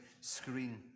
screen